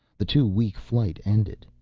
the two-week flight ended.